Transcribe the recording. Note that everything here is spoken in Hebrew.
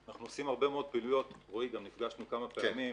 אנחנו עושים הרבה מאוד פעילויות וגם נפגשנו כמה פעמים,